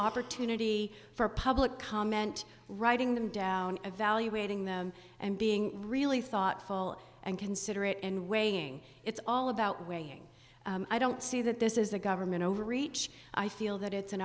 opportunity for public comment writing them down evaluating them and being really thoughtful and considerate and weighing it's all about weighing i don't see that this is a government overreach i feel that it's an